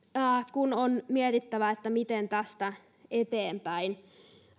on mietittävä miten tästä eteenpäin